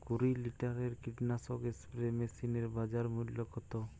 কুরি লিটারের কীটনাশক স্প্রে মেশিনের বাজার মূল্য কতো?